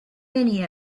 many